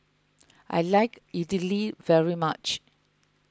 I like Idili very much